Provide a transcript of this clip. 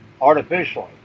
artificially